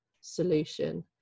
solution